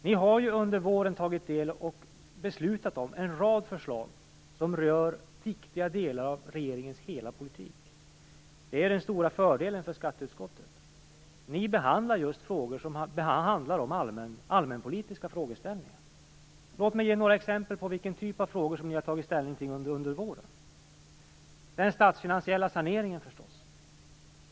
Ni har ju under våren tagit del av och beslutat om en rad förslag som rör viktiga delar av regeringens hela politik. Det är den stora fördelen för skatteutskottet; ni behandlar just allmänpolitiska frågeställningar. Låt mig ge några exempel på vilken typ av frågor som ni har tagit ställning till under våren. Jag tänker förstås på den statsfinansiella saneringen.